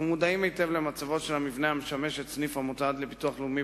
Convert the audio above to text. אנחנו מודעים היטב למצבו של המבנה המשמש את סניף המוסד לביטוח לאומי